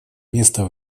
место